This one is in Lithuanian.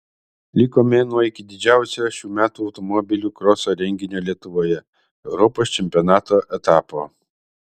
liko mėnuo iki didžiausio šių metų automobilių kroso renginio lietuvoje europos čempionato etapo